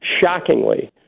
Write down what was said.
shockingly